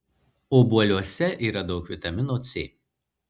obuoliuose yra daug vitamino c